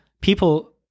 people